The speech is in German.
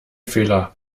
fehler